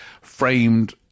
framed